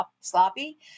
sloppy